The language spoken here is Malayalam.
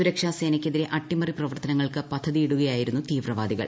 സുരക്ഷാസേനയ്ക്കെതിരെ അട്ടിമറി പ്രവർത്തനങ്ങൾക്കു പദ്ധതിയിടുകയായിരുന്നു തീവ്രവാദികൾ